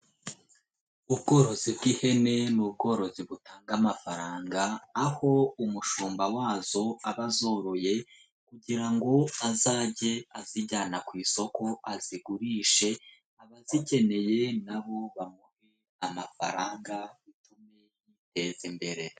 Ubworozi bw'ihene ni ubworozi butanga amafaranga aho umushumba wazo aba azoroye kugira ngo azage azijyana ku isoko azigurishe, abazikeneye na bo bamuhe amafaranga bitume yiteza imbere.